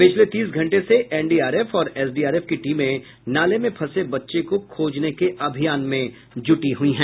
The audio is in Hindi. पिछले तीस घंटे से एनडीआरएफ और एसडीआरएफ की टीमें नाले में फंसे बच्चे को खोजने के अभियान में जूटी हुई है